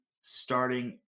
starting